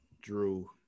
Drew